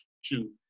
Shoot